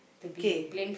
k